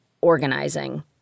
organizing